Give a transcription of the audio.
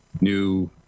new